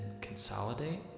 consolidate